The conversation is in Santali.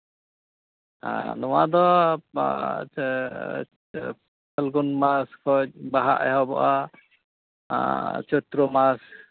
ᱱᱚᱣᱟᱫᱚ ᱯᱷᱟᱞᱜᱩᱱ ᱢᱟᱥ ᱠᱷᱚᱡ ᱵᱟᱦᱟ ᱮᱦᱚᱵᱚᱜᱼᱟ ᱪᱳᱭᱛᱨᱚ ᱢᱟᱥ